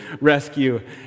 rescue